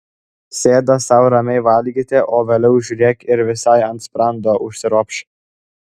sėda sau ramiai valgyti o vėliau žiūrėk ir visai ant sprando užsiropš